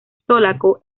zócalo